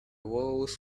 walls